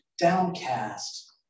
downcast